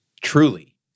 Truly